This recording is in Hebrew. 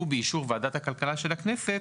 ובאישור ועדת הכלכלה של הכנסת,